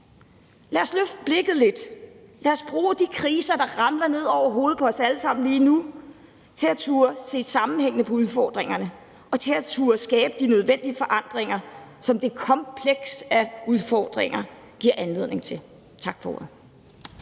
Lad os løfte blikket lidt, og lad os bruge de kriser, der ramler ned over hovedet på os alle sammen lige nu, til at turde se sammenhængende på udfordringerne og til at turde skabe de nødvendige forandringer, som det kompleks af udfordringer giver anledning til. Tak for ordet.